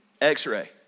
x-ray